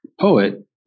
poet